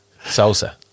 Salsa